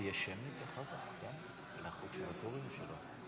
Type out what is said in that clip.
50 בעד, אחד נמנע, אין מתנגדים.